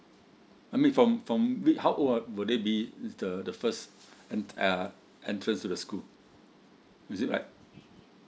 I mean from from week how old would it be it's the the first entered uh entrance to the school is it like